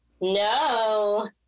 No